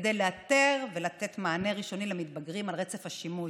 כדי לאתר ולתת מענה ראשוני למתבגרים על רצף השימוש.